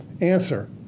Answer